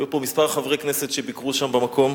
היו פה כמה חברי כנסת שביקרו שם במקום,